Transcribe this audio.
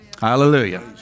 Hallelujah